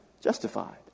Justified